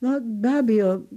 na be abejo